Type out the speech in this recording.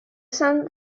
sun